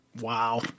Wow